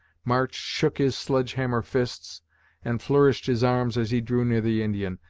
march shook his sledge-hammer fists and flourished his arms as he drew near the indian,